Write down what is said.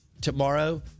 tomorrow